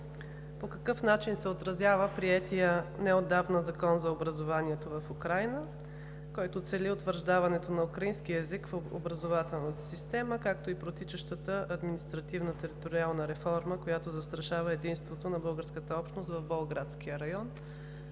по какъв начин се отразява приетият неотдавна Закон за образованието в Украйна, който цели утвърждаването на украинския език в образователната система, както и протичащата административно-териториална реформа, която застрашава единството на българската общност в Болградския район?